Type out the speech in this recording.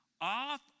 off